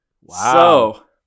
Wow